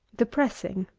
the pressing.